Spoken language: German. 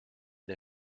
der